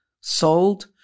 sold